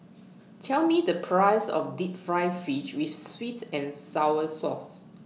Tell Me The Price of Deep Fried Fish with Sweet and Sour Sauce